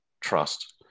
trust